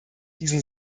diesen